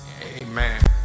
amen